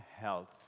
health